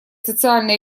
социально